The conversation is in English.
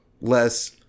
less